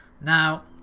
Now